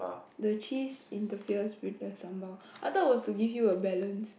the cheese interferes with the sambal I thought it was to give you a balance